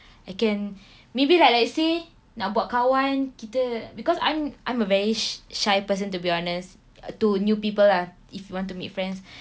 I can maybe like let's say nak buat kawan kita because I'm I'm a very shy person to be honest to new people lah if you want to make friends